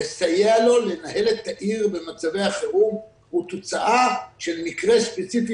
לסייע לול לנהל את העיר במצבי החירום הוא תוצאה של מקרה ספציפי